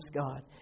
God